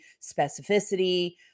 specificity